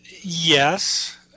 yes